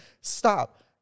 Stop